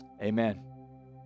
Amen